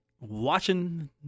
watching